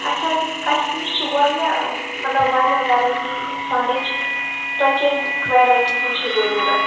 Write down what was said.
اَسہِ حظ اَسہِ نِش چھِ واریاہ مطلب واریاہ وٮ۪رایٹی سۄَنٕچ تۄہہِ کیمہِ ویرایٹی ہُنٛد چھِ ضروٗرتھ